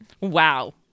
Wow